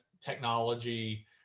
technology